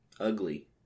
Ugly